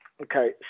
Okay